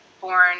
born